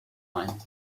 line